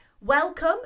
Welcome